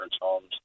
homes